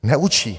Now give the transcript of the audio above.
Neučí.